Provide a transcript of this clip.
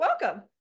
Welcome